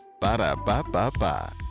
Ba-da-ba-ba-ba